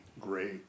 great